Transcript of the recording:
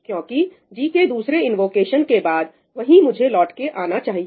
क्योंकि g के दूसरे इन्वोकेशन के बाद वही मुझे लौट के आना चाहिए